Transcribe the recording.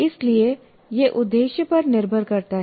इसलिए यह उद्देश्य पर निर्भर करता है